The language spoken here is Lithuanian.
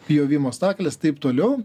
pjovimo stakles taip toliau